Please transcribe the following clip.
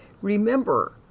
Remember